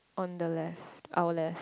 on the left our left